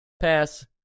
Pass